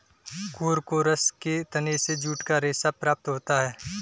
Corchorus के तने से जूट का रेशा प्राप्त होता है